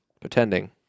Pretending